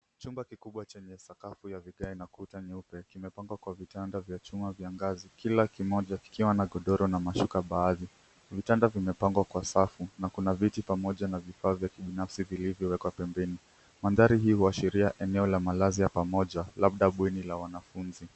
Chumba kikubwa chenye sakafu ya vigae na kuta nyeupe kimepangwa kwa vitanda vya chuma vya ngazi. Kila kimoja kikiwa na godoro na mashuka baadhi. Vitanda vimepangwa kwa safu na kuna viti pamoja na vifaa vya kibinafsi vilivyowekwa pembeni. Mandhari hii huashiria eneo la malazi ya pamoja labda bweni la wanafunzi.